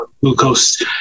glucose